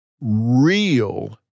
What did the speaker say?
real